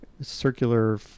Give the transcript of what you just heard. circular